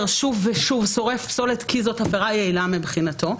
שוב ושוב ששורף פסולת כי זאת עבירה יעילה מבחינתו,